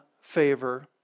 favor